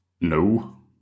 No